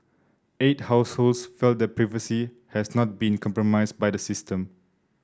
eight households felt their privacy had not been compromised by the system